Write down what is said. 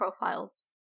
profiles